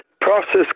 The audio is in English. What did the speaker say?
process